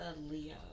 Leo